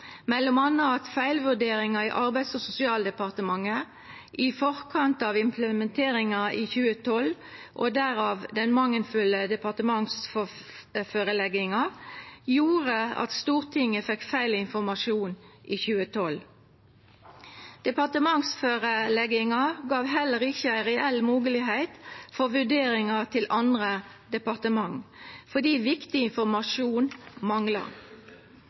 at feilvurderinga i Arbeids- og sosialdepartementet i forkant av implementeringa i 2012 – og derav den mangelfulle departementsførelegginga – gjorde at Stortinget fekk feil informasjon i 2012. Departementsførelegginga gav heller ikkje ei reell moglegheit for vurderinga til andre departement, fordi viktig informasjon